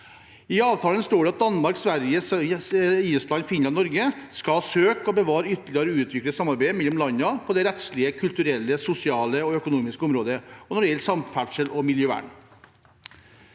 I avtalen står det at Danmark, Sverige, Island, Finland og Norge skal søke å bevare og ytterligere utvikle samarbeidet mellom landene på det rettslige, kulturelle, sosiale og økonomiske området og når det gjelder samferdsel og miljøvern.